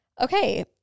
Okay